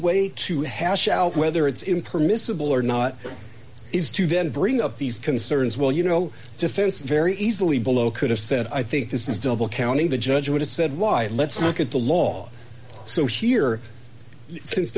way to hash out whether it's in permissible or not is to then bring up these concerns well you know defense very easily below could have said i think this is double counting the judge would have said why let's look at the law so here since